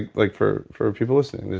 like for for people listening,